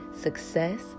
success